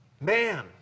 Man